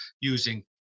using